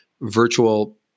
virtual